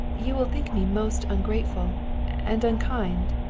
you will think me most ungrateful and unkind.